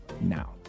now